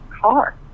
car